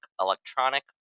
electronic